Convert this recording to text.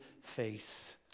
face